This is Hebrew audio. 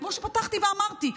כמו שפתחתי ואמרתי,